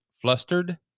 flustered